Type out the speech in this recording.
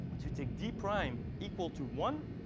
to take d prime equal to one,